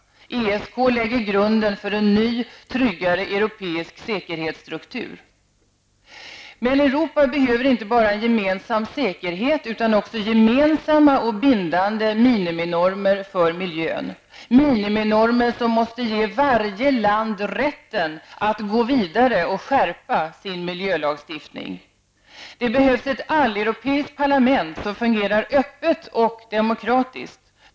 ESK lägger grunden för ny tryggare europeisk säkerhetsstruktur. Europa behöver inte bara en gemensam säkerhet, utan också gemensamma och bindande miniminormer för miljön. Miniminormerna måste ge varje land rätten att gå vidare och skärpa sin miljölagstiftning. Det behövs ett alleuropeiskt parlament som fungerar öppet och demokratiskt.